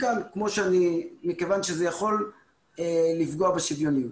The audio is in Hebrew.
מכיוון שזה יכול לפגוע בשוויוניות.